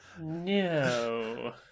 No